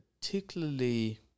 particularly